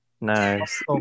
Nice